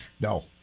No